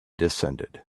descended